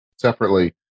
separately